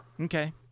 Okay